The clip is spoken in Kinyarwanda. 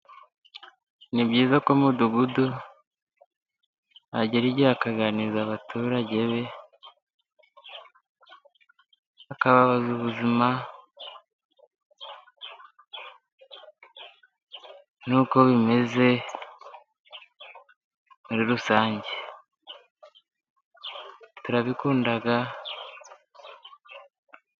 Ni byiza ko mudugudu agera igihe akaganiriza abaturage be, akababaza ubuzima n'uko bimeze muri rusange turabikunda.